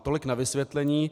Tolik vysvětlení.